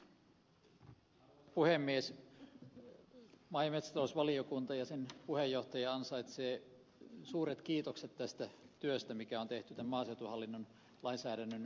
maa ja metsätalousvaliokunta ja sen puheenjohtaja ansaitsevat suuret kiitokset tästä työstä mikä on tehty tämän maaseutuhallinnon lainsäädännön myötä